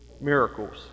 Miracles